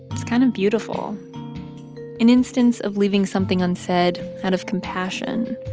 it's kind of beautiful an instance of leaving something unsaid out of compassion.